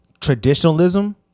traditionalism